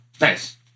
Nice